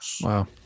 Wow